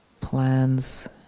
plans